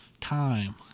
time